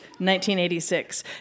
1986